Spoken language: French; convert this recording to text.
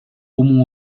aumont